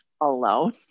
alone